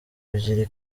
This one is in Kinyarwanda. ebyiri